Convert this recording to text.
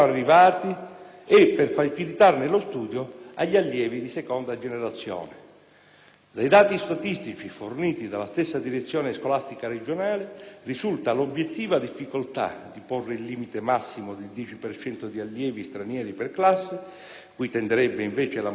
e, per facilitarne lo studio, agli allievi di seconda generazione. Dai dati statistici forniti dalla stessa direzione scolastica regionale, risulta l'obiettiva difficoltà di porre il limite massimo del 10 per cento di allievi stranieri per classe, cui tenderebbe invece la mozione